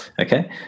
Okay